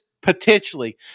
potentially